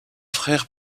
frère